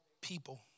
people